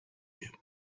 you